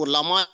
Lama